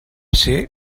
ser